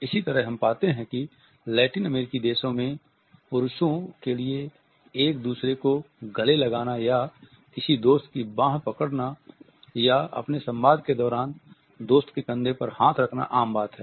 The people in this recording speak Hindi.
इसी तरह हम पाते हैं कि लैटिन अमेरिकी देशों में पुरुषों के लिए एक दूसरे को गले लगाना या किसी दोस्त की बाँह पकड़ना या अपने संवाद के दौरान दोस्त के कंधे पर हाथ रखना आम बात है